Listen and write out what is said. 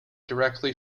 directly